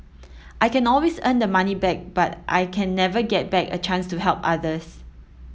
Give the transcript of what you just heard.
I can always earn the money back but I can never get back a chance to help others